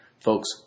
Folks